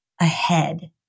ahead